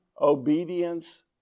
obedience